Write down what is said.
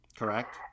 correct